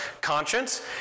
conscience